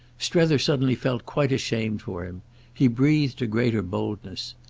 strether suddenly felt quite ashamed for him he breathed a greater boldness.